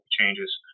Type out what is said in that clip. changes